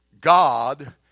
God